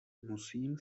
musím